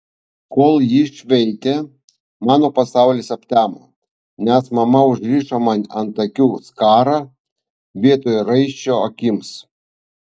kol ji šveitė mano pasaulis aptemo nes mama užrišo man ant akių skarą vietoj raiščio akims